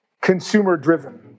consumer-driven